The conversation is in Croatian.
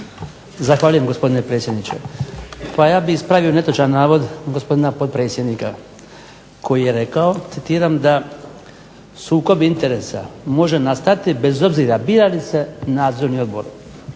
Zahvaljujem, gospodine predsjedniče. Pa ja bih ispravio netočan navod gospodina potpredsjednika koji je rekao, citiram: "da sukob interesa može nastati bez obzira bira li se Nadzorni odbor